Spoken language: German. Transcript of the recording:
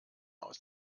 aus